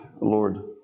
Lord